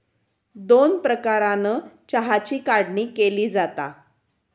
दोन प्रकारानं चहाची काढणी केली जाता